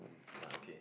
like okay